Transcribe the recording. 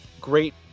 great